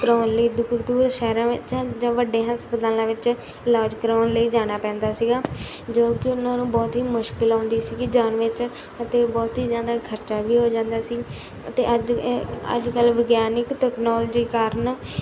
ਕਰਾਉਣ ਲਈ ਦੁ ਦੂਰ ਸ਼ਹਿਰਾਂ ਵਿੱਚ ਜਾਂ ਵੱਡੇ ਹਸਪਤਾਲਾਂ ਵਿੱਚ ਇਲਾਜ ਕਰਾਉਣ ਲਈ ਜਾਣਾ ਪੈਂਦਾ ਸੀਗਾ ਜੋ ਕਿ ਉਹਨਾਂ ਨੂੰ ਬਹੁਤ ਹੀ ਮੁਸ਼ਕਲ ਆਉਂਦੀ ਸੀਗੀ ਜਾਣ ਵਿੱਚ ਅਤੇ ਬਹੁਤ ਹੀ ਜ਼ਿਆਦਾ ਖਰਚਾ ਵੀ ਹੋ ਜਾਂਦਾ ਸੀ ਅਤੇ ਅੱਜ ਇਹ ਅੱਜ ਕੱਲ੍ਹ ਵਿਗਿਆਨਿਕ ਟਕਨੋਲਜੀ ਕਾਰਨ